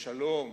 שלום